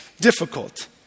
difficult